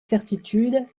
certitude